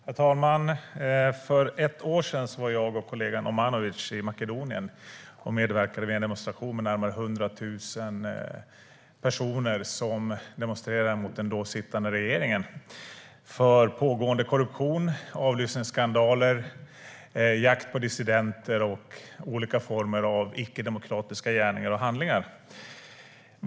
Herr talman! För ett år sedan var jag och kollegan Omanovic i Makedonien och medverkade vid en demonstration med närmare 100 000 personer som demonstrerade mot den då sittande regeringen - pågående korruption, avlyssningsskandaler, jakt på dissidenter och olika former av ickedemokratiska gärningar och handlingar.